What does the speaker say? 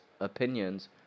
opinions